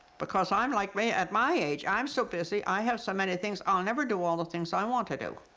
because i'm like me at my age i'm so busy. i have so many things i'll never do all the things i want to do,